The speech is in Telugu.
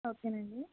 ఓకేనండి